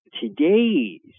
today's